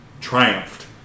triumphed